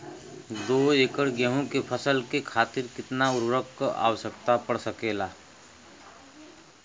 दो एकड़ गेहूँ के फसल के खातीर कितना उर्वरक क आवश्यकता पड़ सकेल?